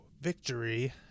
victory